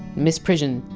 misprision,